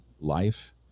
life